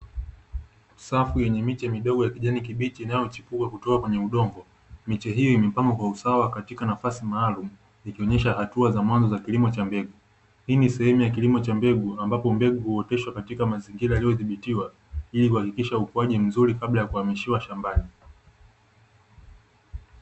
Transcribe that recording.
Safu yenye miche midogo ya kijani kibichi, inayochipuka kutoka kwenye udongo. Miche hiyo imepangwa kwa usawa katika nafasi maalumu, ikionesha hatua za mwanzo katika kilimo cha mbegu. Hii ni sehemu ya kilimo cha mbegu, ambapo mbegu huoteshwa katika mazingira yaliyodhibitiwa ili kuhakikisha ukuaji mzuri kabla ya kuhamishiwa shambani.